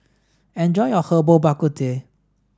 enjoy your Herbal Bak Ku Teh